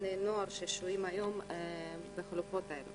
בני נוער ששוהים היום בחלופות האלו.